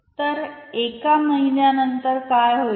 तर एका महिन्यानंतर काय होईल